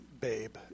babe